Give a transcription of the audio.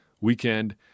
weekend